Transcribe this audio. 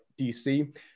DC